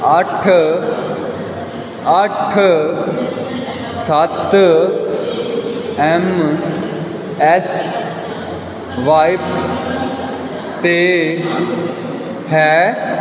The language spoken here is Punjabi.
ਅੱਠ ਅੱਠ ਸੱਤ ਐਮ ਐਸ ਵਾਇਪ 'ਤੇ ਹੈ